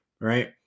right